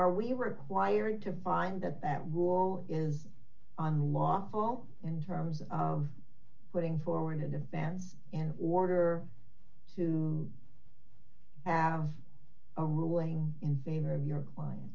are we required to find that that war is on the lawful in terms of putting forward a defense in order to have a ruling in favor of your client